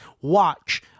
watch